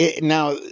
Now